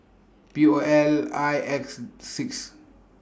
P O L I X six